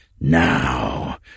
now